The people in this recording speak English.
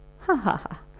ha, ha, ha!